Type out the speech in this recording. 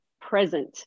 present